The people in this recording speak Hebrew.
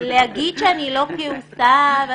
להגיד שאני לא כעוסה?